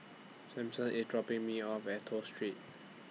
Samson IS dropping Me off At Toh Street